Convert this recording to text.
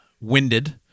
winded